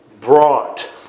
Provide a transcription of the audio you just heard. brought